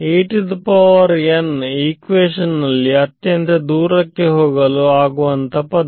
equation ನಲ್ಲಿ ಅತ್ಯಂತ ದೂರಕ್ಕೆ ಹೋಗಲು ಆಗುವಂತ ಪದ